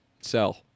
Sell